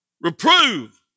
Reprove